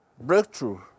breakthrough